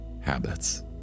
habits